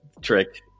trick